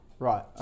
Right